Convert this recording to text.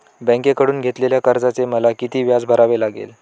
बँकेकडून घेतलेल्या कर्जाचे मला किती व्याज भरावे लागेल?